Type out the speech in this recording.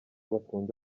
batunze